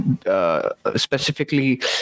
Specifically